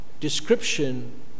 description